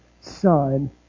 Son